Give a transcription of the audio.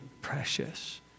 precious